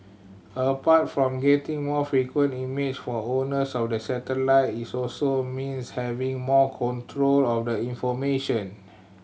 apart from getting more frequent image for owners of the satellite its also means having more control of the information